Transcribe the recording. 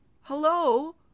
Hello